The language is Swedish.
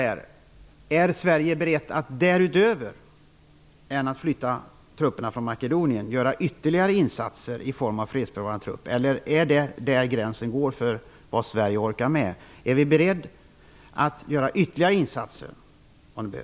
Är Sverige berett att därutöver göra ytterligare insatser i form av fredsbevarande trupp, eller är det där gränsen går för vad Sverige orkar med?